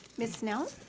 ms. snell.